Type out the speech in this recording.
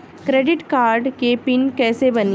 Credit card के PIN कैसे बनी?